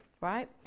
right